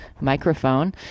microphone